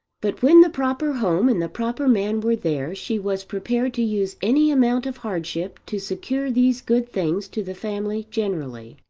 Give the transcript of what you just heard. but when the proper home and the proper man were there she was prepared to use any amount of hardship to secure these good things to the family generally.